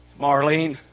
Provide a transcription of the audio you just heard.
Marlene